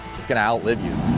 it's going to outlive you.